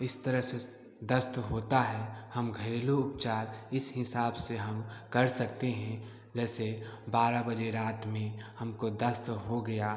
इस तरह से दस्त होता है हम घरेलू उपचार इस हिसाब से हम कर सकते हें जैसे बारह बजे रात में हमको दस्त हो गया